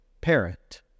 parent